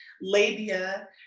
labia